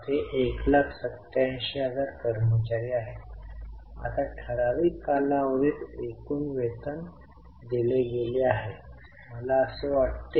तर सीए आणि सीएल अवघड आहे याचा मागोवा ठेवा मी गेल्या वेळी तुम्हाला जे सांगितले ते पुन्हा पुन्हा सांगेन